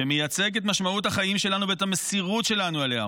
שמייצג את משמעות החיים שלנו ואת המסירות שלנו אליה,